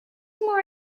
more